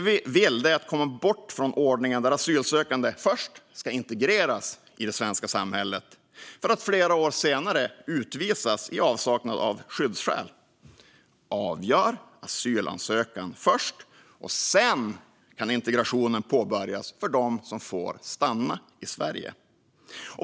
Vi vill komma bort från ordningen där asylsökande först ska integreras i det svenska samhället för att flera år senare utvisas i avsaknad av skyddsskäl. Avgör asylansökan först, och sedan kan integrationen påbörjas för dem som får stanna i Sverige.